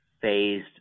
phased